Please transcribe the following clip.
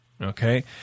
Okay